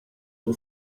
tuo